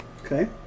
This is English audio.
Okay